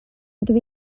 ydw